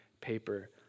paper